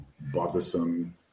bothersome